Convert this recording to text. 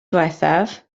ddiwethaf